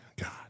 God